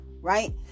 Right